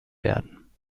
werden